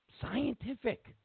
Scientific